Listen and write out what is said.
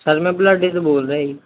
sir ਮੈਂ ਬਲੱਡੇ ਤੋਂ ਬੋਲ ਰਿਹਾ ਜੀ